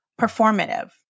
performative